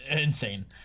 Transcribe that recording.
insane